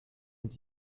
mit